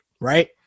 right